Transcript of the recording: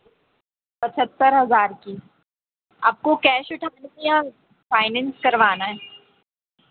पचहत्तर हज़ार की आपको कैश उठाने है की फाइनेंस करवाया